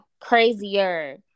Crazier